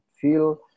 feel